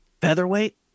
featherweight